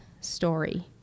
story